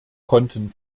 konnten